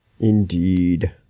Indeed